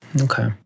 Okay